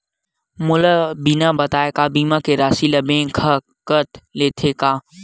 मोला बिना बताय का बीमा के राशि ला बैंक हा कत लेते का?